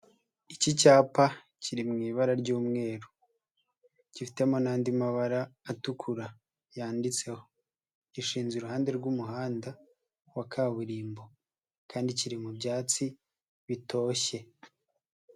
Iki cyapa kiri mu ibara ry'umweru gifitemo n'andi mabara atukura yanditseho, gishinze iruhande rw'umuhanda wa kaburimbo kandi kiri mu byatsi bitoshye.